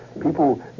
people